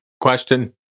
question